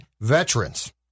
veterans